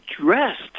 dressed